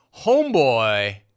Homeboy